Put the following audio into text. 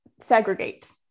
segregate